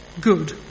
good